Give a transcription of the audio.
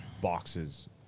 boxes